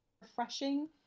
refreshing